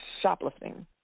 shoplifting